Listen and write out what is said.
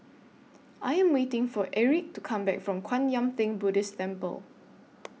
I Am waiting For Aric to Come Back from Kwan Yam Theng Buddhist Temple